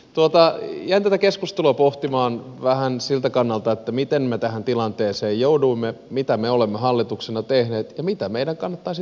jäin tätä keskustelua pohtimaan vähän siltä kannalta miten me tähän tilanteeseen jouduimme mitä me olemme hallituksena tehneet ja mitä meidän kannattaisi tulevaisuudessa tehdä